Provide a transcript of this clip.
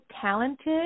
talented